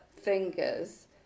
fingers